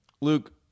Luke